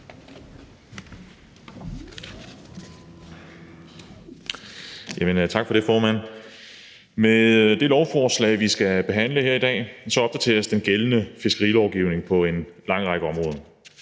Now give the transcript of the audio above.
Tak for det, formand. Med det lovforslag, vi skal behandle her i dag, opdateres den gældende fiskerilovgivning på en lang række områder.